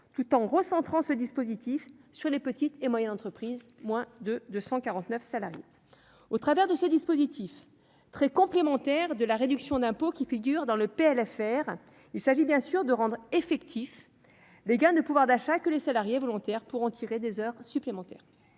tout en recentrant ce dispositif sur les petites et moyennes entreprises de moins de 249 salariés. Au travers de ce dispositif, très complémentaire de la réduction d'impôt qui figure dans le projet de loi de finances rectificative, il s'agit bien sûr de rendre effectifs les gains de pouvoir d'achat que les salariés volontaires pourront tirer des heures supplémentaires.